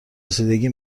رسیدگی